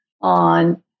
on